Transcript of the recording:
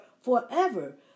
forever